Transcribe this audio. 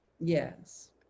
Yes